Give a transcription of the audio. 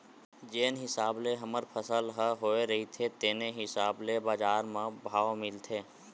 जेन हिसाब ले हमर फसल ह होए रहिथे तेने हिसाब ले बजार म भाव मिलथे